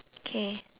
okay